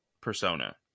persona